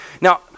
Now